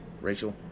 Rachel